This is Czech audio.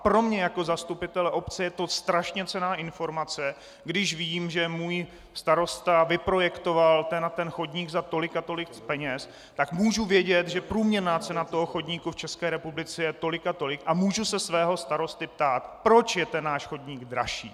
Pro mě jako zastupitele obce je to strašně cenná informace, když vím, že můj starosta vyprojektoval ten a ten chodník za tolik a tolik peněz, že můžu vědět, že průměrná cena toho chodníku v České republice je tolik a tolik a můžu se svého starosty ptát, proč je ten náš chodník dražší!